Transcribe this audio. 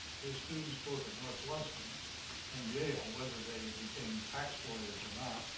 his students, both at northwestern and yale, whether they became tax lawyers or not,